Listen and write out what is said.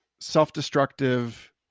self-destructive